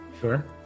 Sure